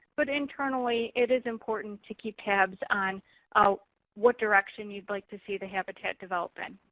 but internally it is important to keep tabs on what direction you'd like to see the habitat develop in.